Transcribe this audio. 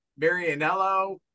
Marianello